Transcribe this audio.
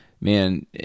Man